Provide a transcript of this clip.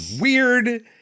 weird